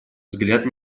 взгляд